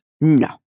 No